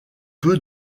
peu